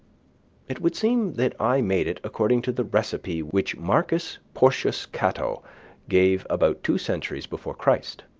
it would seem that i made it according to the recipe which marcus porcius cato gave about two centuries before christ.